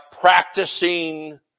practicing